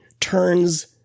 turns